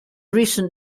recent